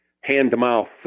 hand-to-mouth